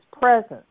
presence